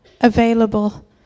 available